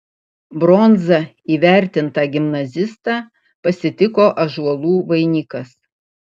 bronza įvertintą gimnazistą pasitiko ąžuolų vainikas